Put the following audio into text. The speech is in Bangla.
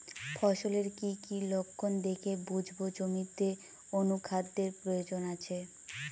ফসলের কি কি লক্ষণ দেখে বুঝব জমিতে অনুখাদ্যের প্রয়োজন আছে?